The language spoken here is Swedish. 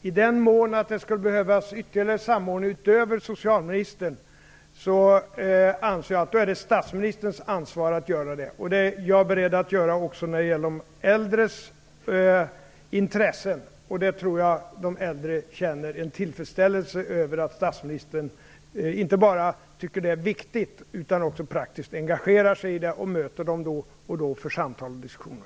I den mån det skulle behövas ytterligare samordning utöver socialministerns anser jag att det är statsministerns ansvar att göra detta. Det är jag beredd göra också när det gäller de äldres intressen. Jag tror att de äldre känner tillfredsställelse över att statsministern inte bara tycker att detta är viktigt utan att han också praktiskt engagerar sig i det och då och då möter dem för samtal och diskussioner.